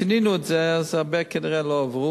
שינינו את זה וכנראה הרבה אנשים לא עברו.